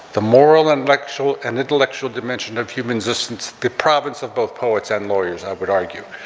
the moral and lecture an intellectual dimension of humans distance the province of both poets and lawyers i would argue.